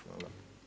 Hvala.